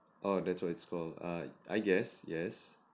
oh that's what it's called err I guess yes